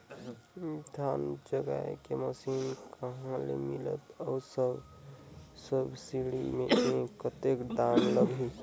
धान जगाय के मशीन कहा ले मिलही अउ सब्सिडी मे कतेक दाम लगही?